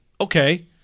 okay